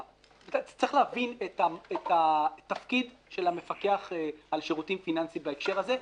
צריך להבין את התפקיד של המפקח על שירותים פיננסיים בהקשר הזה,